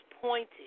pointed